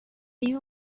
you